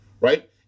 right